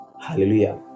hallelujah